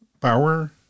power